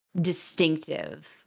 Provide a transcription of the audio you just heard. distinctive